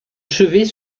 chevet